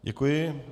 Děkuji.